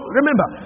remember